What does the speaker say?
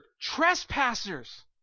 trespassers